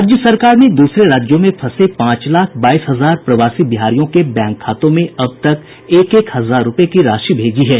राज्य सरकार ने दूसरे राज्यों में फंसे पांच लाख बाईस हजार प्रवासी बिहारियों के बैंक खातों में अब तक एक एक हजार रूपये की राशि भेजी है